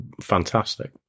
fantastic